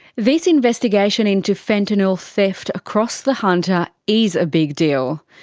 this investigation into fentanyl theft across the hunter is a big deal.